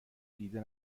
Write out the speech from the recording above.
دیده